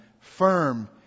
firm